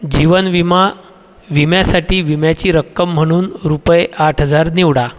जीवन विमा विम्यासाठी विम्याची रक्कम म्हणून रुपये आठ हजार निवडा